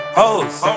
hoes